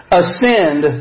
ascend